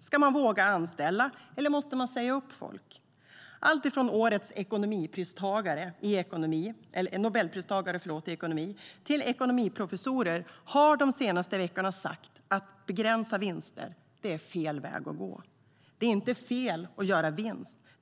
Ska man våga anställa, eller måste man säga upp folk? Alltifrån årets Nobelpristagare i ekonomi till ekonomiprofessorer har de senaste veckorna sagt att begränsa vinster är fel väg att gå. Det är inte fel att göra vinst.